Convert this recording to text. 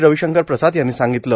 रविशंकर प्रसाद यांनी सांगितलं